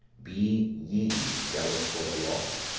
be ye zealous for the law,